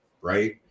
right